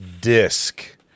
disc